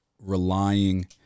relying